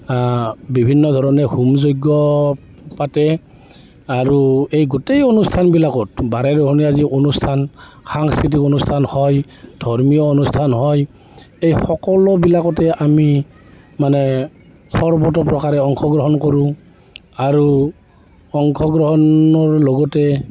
বিভিন্ন ধৰণে হোমযজ্ঞ পাতে আৰু এই গোটেই অনুষ্ঠানবিলাকত বাৰে ৰহণীয়া যি অনুষ্ঠান সাংস্কৃতিক অনুষ্ঠান হয় ধৰ্মীয় অনুষ্ঠান হয় এই সকলোবিলাকতে আমি মানে সৰ্বতোপ্ৰকাৰে অংশগ্ৰহণ কৰোঁ আৰু অংশগ্ৰহণৰ লগতে